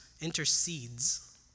intercedes